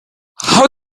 how